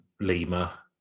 Lima